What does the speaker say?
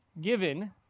given